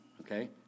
okay